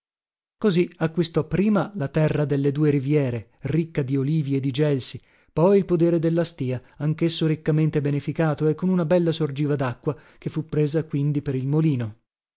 così acquistò prima la terra delle due riviere ricca di olivi e di gelsi poi il podere della stìa anchesso riccamente beneficato e con una bella sorgiva dacqua che fu presa quindi per il molino